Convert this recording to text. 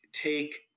take